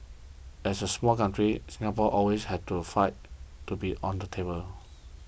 as a small country Singapore always has to fight to be on the table